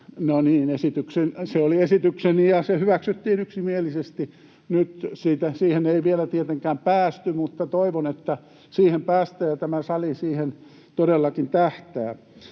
se oli esitykseni ja se hyväksyttiin yksimielisesti. Nyt siihen ei vielä tietenkään päästy. Mutta toivon, että siihen päästään ja että tämä sali siihen todellakin tähtää.